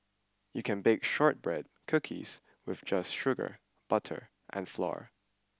you can bake shortbread cookies with just sugar butter and flour